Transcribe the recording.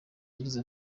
yagize